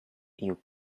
you